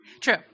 True